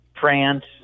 France